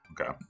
okay